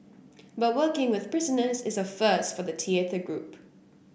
but working with prisoners is a first for the theatre group